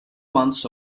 months